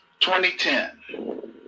2010